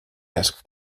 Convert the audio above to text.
ask